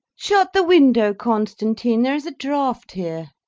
shut the window, constantine, there is a draught here.